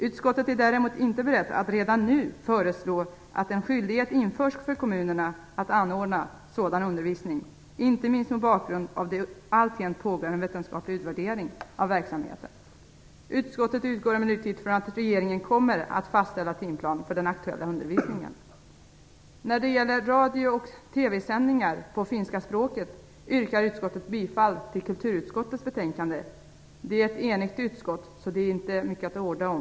Utskottet är däremot inte berett att redan nu föreslå att en skydlighet införs för kommunerna att anordna sådan undervisning, inte minst mot bakgrund av att det alltjämt pågår en vetenskaplig utvärdering av verksamheten. Utskottet utgår emellertid från att regeringen kommer att fastställa en timplan för den aktuella undervisningen. När det gäller radio och TV-sändningar på finska språket följer utbildningsutskottet rekommendationen i kulturutskottets yttrande. Utskottet är enigt på den punkten, så det är inte mycket att orda om.